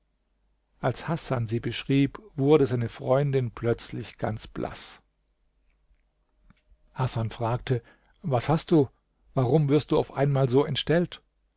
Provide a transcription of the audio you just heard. als hasan sie beschrieb wurde seine freundin plötzlich ganz blaß hasan fragte was hast du warum wirst du auf einmal so entstellt